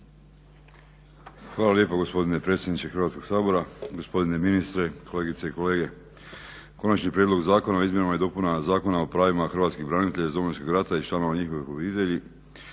Hvala lijepo gospodine predsjedniče Hrvatskog sabora. Gospodine ministre, kolegice i kolege. Konačni prijedlog Zakona o izmjenama i dopunama Zakona o pravim hrvatskih branitelja iz Domovinskog rata i članova njihovih obitelji